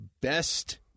best